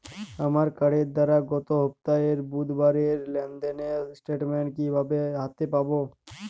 আমার কার্ডের দ্বারা গত সপ্তাহের বুধবারের লেনদেনের স্টেটমেন্ট কীভাবে হাতে পাব?